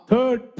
Third